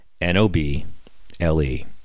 N-O-B-L-E